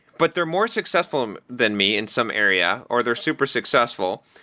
but they're more successful um than me in some area or they're super successful.